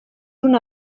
una